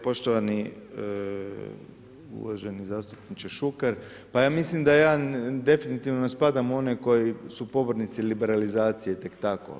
Poštovani uvaženi zastupniče Šuker, pa ja mislim da ja definitivno ne spadam u one koji su pobornici liberalizacije tek tako.